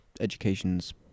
Education's